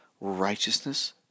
righteousness